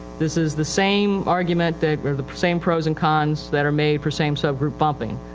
this is the same argument that, or the same pros and cons that are made for same sub-group bumping.